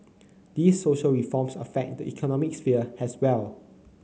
these social reforms affect the economic sphere as well